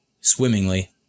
swimmingly